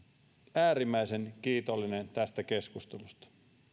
äärimmäisen kiitollinen tästä keskustelusta